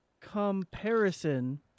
comparison